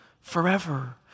forever